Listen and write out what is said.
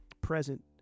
present